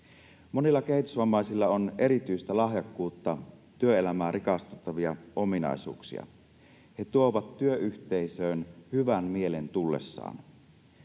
Monilla kehitysvammaisilla on erityistä lahjakkuutta, työelämää rikastuttavia ominaisuuksia. He tuovat työyhteisöön hyvän mielen tullessaan.